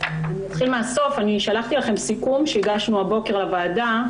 אתחיל מן הסוף: שלחתי לכם סיכום שהגשנו הבוקר לוועדה,